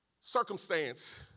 circumstance